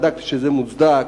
בדקת שזה מוצדק,